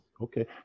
okay